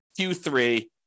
Q3